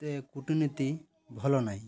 ସେ କୁଟନୀତି ଭଲ ନାହିଁ